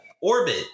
orbit